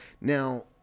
Now